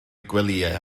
gwelyau